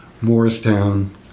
Morristown